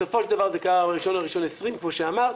בסופו של דבר, זה קרה ב-1 לינואר 2020 כמו שאמרת.